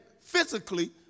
physically